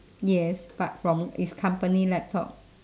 yes but from is company laptop